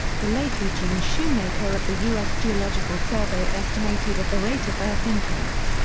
the late eugene shoemaker of the u s. geological survey estimated of the rate of earth impacts,